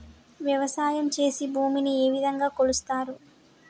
వ్యవసాయం చేసి భూమిని ఏ విధంగా కొలుస్తారు?